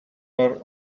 were